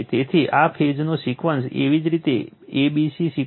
તેથી આ ફેઝનો સિક્વન્સ એવી જ રીતે a c b સિક્વન્સ છે